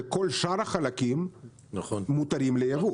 שכל שאר החלקים מותרים ליבוא.